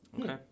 Okay